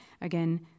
Again